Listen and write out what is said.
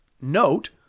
note